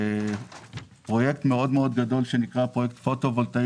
זה פרויקט גדול מאוד שנקרא "פרויקט פוטו-וולטאי"